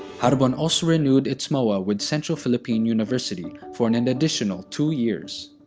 haribon also renewed its moa with central philippine university for an and additional two years.